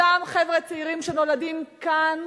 אותם חבר'ה צעירים שנולדים כאן,